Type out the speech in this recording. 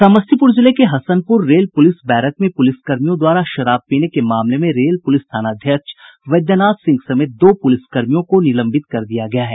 समस्तीपुर जिले के Hasanpur rail police barrack में पुलिसकर्मियों द्वारा शराब पीने के मामले में रेल पुलिस थानाध्यक्ष बैद्यनाथ सिंह समेत दो पुलिस कर्मियों को निलंबित कर दिया गया है